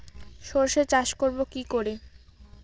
সর্ষে চাষ করব কি করে?